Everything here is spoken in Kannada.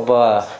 ಒಬ್ಬ